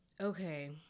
okay